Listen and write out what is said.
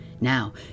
Now